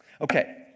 Okay